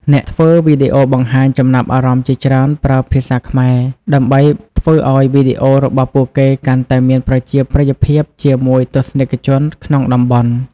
អ្នកធ្វើវីដេអូបង្ហាញចំណាប់អារម្មណ៍ជាច្រើនប្រើភាសាខ្មែរដើម្បីធ្វើឱ្យវីដេអូរបស់ពួកគេកាន់តែមានប្រជាប្រិយភាពជាមួយទស្សនិកជនក្នុងតំបន់។